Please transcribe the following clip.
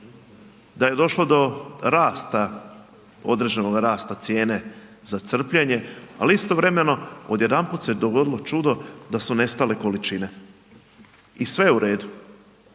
da je došlo do rasta, određenog rasta cijene za crpljenje, ali istovremeno odjedanput se dogodilo čudo da su nestale količine i sve je u redu.